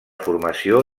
formació